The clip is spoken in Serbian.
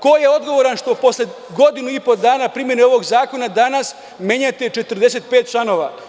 Ko je odgovoran što posle godinu i po dana primene ovog zakona do danas menjate 45 članova?